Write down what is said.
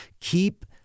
Keep